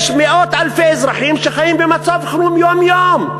יש מאות אלפי אזרחים שחיים במצב חירום יום-יום.